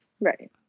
Right